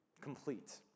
complete